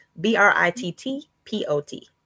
B-R-I-T-T-P-O-T